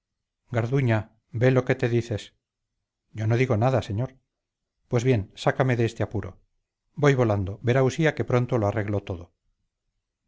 garduña ve lo que te dices yo no digo nada señor pues bien sácame de este apuro voy volando verá usía qué pronto lo arreglo todo